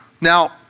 Now